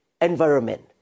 environment